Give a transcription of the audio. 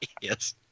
Yes